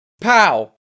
pow